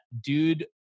Dude